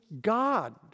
God